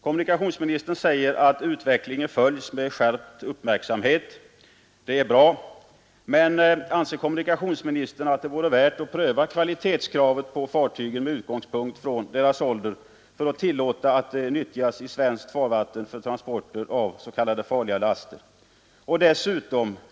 Kommunikationsministern säger att utvecklingen följs med skärpt uppmärksamhet. Det är bra. Men anser kommunikationsministern att det vore värt att pröva kvalitetskravet på fartyg med utgångspunkt från deras ålder, innan man tillåter att de nyttjas i svenskt farvatten för transporter av s.k. farliga laster?